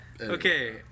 Okay